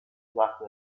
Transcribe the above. usato